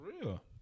real